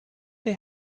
they